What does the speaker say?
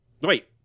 Wait